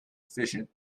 efficient